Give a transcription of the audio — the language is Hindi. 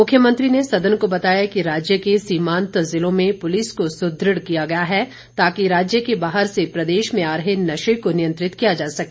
मुख्यमंत्री ने सदन को बताया कि राज्य के सीमांत जिलों में पुलिस को सुदृढ़ किया गया है ताकि राज्य के बाहर से प्रदेश में आ रहे नशे को नियंत्रित किया जा सके